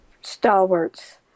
stalwarts